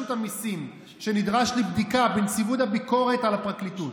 המיסים שנדרש לבדיקה בנציבות הביקורת על הפרקליטות.